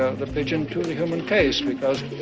ah the pigeon to the human case. because,